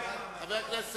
עמדות?